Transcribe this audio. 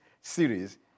series